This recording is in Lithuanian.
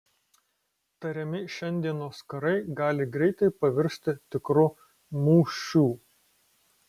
tariami šiandienos karai gali greitai pavirsti tikru mūšiu